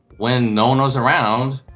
when no one was around,